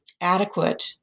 adequate